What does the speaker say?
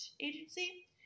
agency